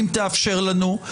אם תאפשר לנו,